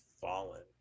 fallen